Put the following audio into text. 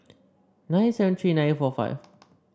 nine seven three nine four five